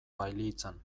bailitzan